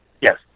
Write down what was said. Yes